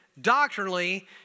Doctrinally